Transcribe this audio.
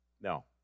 No